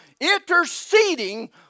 interceding